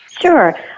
Sure